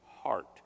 heart